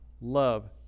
love